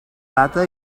data